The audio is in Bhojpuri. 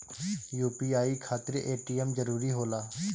यू.पी.आई खातिर ए.टी.एम जरूरी होला?